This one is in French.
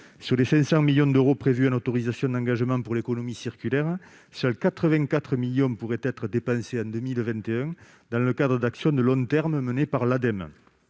Sur les 500 millions d'euros prévus en autorisations d'engagement pour l'économie circulaire, seuls 84 millions pourraient être dépensés en 2021 dans le cadre d'actions de long terme menées par l'Ademe.